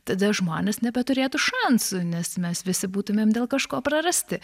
tada žmonės nebeturėtų šansų nes mes visi būtumėm dėl kažko prarasti